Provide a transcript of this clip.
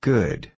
Good